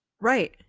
right